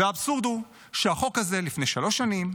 ועוד כמה,